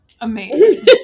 amazing